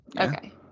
Okay